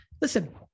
listen